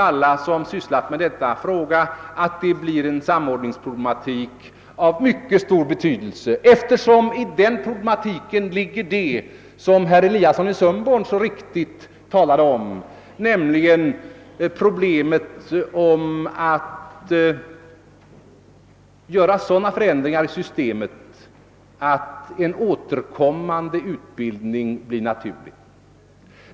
Alla som har sysslat med detta vet att samordningsproblematiken i detta sammanhang är av stor betydelse. I den problematiken ingår, såsom herr Eliasson i Sundborn så riktigt påpekade, hur man skall kunna göra sådana förändringar i systemet att en återkommande utbildning blir naturlig.